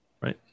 right